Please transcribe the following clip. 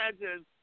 imagine